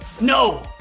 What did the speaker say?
no